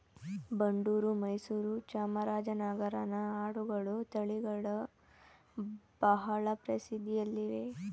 ಬಂಡೂರು, ಮೈಸೂರು, ಚಾಮರಾಜನಗರನ ಆಡುಗಳ ತಳಿಗಳು ಬಹಳ ಪ್ರಸಿದ್ಧಿಯಲ್ಲಿವೆ